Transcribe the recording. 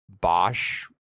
Bosch